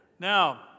Now